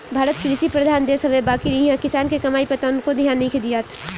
भारत कृषि प्रधान देश हवे बाकिर इहा किसान के कमाई पर तनको ध्यान नइखे दियात